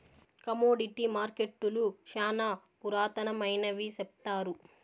commodity మార్కెట్టులు శ్యానా పురాతనమైనవి సెప్తారు